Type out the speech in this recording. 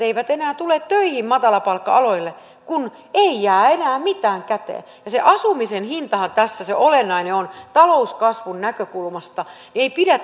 eivät enää tule töihin matalapalkka aloille kun ei jää enää mitään käteen se asumisen hintahan tässä se olennainen on talouskasvun näkökulmasta ei pidä